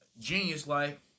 genius-like